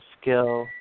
skill